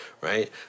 right